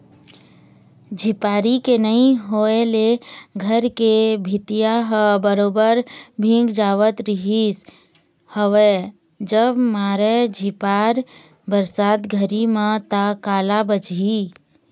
झिपारी के नइ होय ले घर के भीतिया ह बरोबर भींग जावत रिहिस हवय जब मारय झिपार बरसात घरी म ता काला बचही